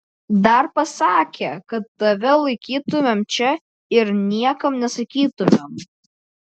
dar pasakė kad tave laikytumėm čia ir niekam nesakytumėm